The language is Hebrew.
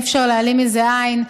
אי-אפשר להעלים מזה עין.